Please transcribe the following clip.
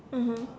mmhmm